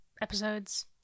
episodes